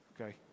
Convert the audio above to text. okay